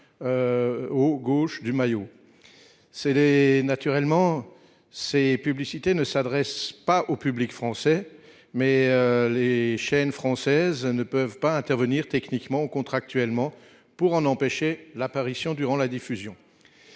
haut gauche du maillot. Ces publicités ne s'adressent pas au public français, mais les chaînes françaises ne peuvent pas intervenir techniquement ou contractuellement pour en empêcher l'apparition durant la diffusion.